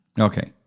Okay